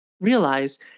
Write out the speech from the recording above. realize